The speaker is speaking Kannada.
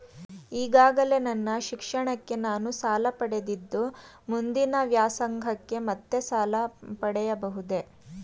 ಈಗಾಗಲೇ ನನ್ನ ಶಿಕ್ಷಣಕ್ಕೆ ನಾನು ಸಾಲ ಪಡೆದಿದ್ದು ಮುಂದಿನ ವ್ಯಾಸಂಗಕ್ಕೆ ಮತ್ತೆ ಸಾಲ ಪಡೆಯಬಹುದೇ?